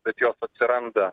bet jos atsiranda